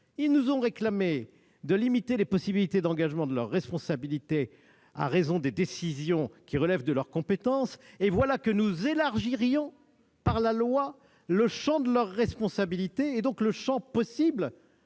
nous ont réclamé de limiter les possibilités d'engagement de leur responsabilité à raison des décisions qui relèvent de leur compétence, et voilà que nous élargirions par la loi le champ de leur responsabilité, et donc celui des poursuites